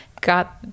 got